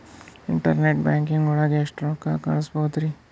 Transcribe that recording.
Internet banking ಒಳಗೆ ಎಷ್ಟ್ ರೊಕ್ಕ ಕಲ್ಸ್ಬೋದ್ ರಿ?